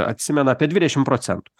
atsimenu apie dvidešimt procentų